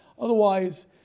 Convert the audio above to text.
otherwise